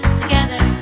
together